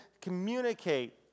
communicate